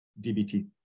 DBT